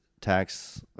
tax